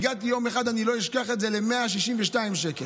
הגעתי יום אחד, אני לא אשכח את זה, ל-162 שקל.